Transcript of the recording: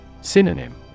Synonym